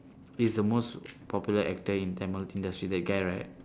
is the most popular actor in tamil industry that guy right